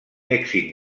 èxit